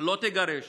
לא תגרש